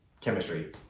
chemistry